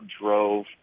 drove